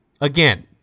again